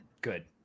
good